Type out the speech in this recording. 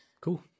Cool